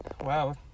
Wow